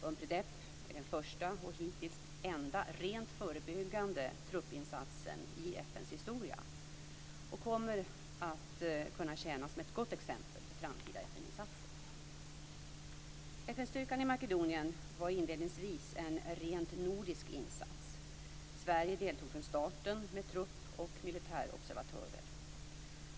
Unpredep är den första och hittills enda rent förebyggande truppinsatsen i FN:s historia och kommer att kunna tjäna som ett gott exempel för framtida FN-insatser. FN-styrkan i Makedonien var inledningsvis en rent nordisk insats. Sverige deltog från starten med trupp och militärobservatörer.